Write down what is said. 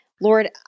Lord